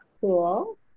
Cool